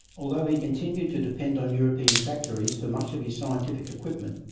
although he continued to depend on european factories for much of his scientific equipment,